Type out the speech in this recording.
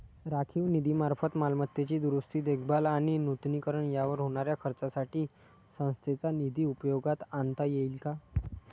राखीव निधीमार्फत मालमत्तेची दुरुस्ती, देखभाल आणि नूतनीकरण यावर होणाऱ्या खर्चासाठी संस्थेचा निधी उपयोगात आणता येईल का?